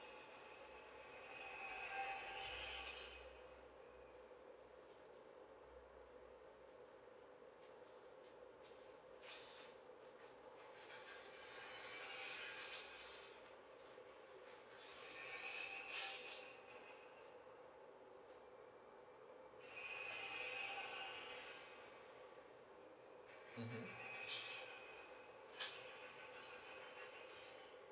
mm